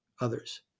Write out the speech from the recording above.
others